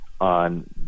on